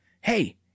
Hey